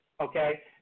okay